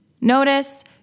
notice